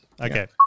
Okay